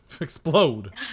Explode